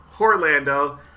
Orlando